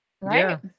Right